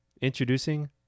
Introducing